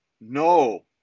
no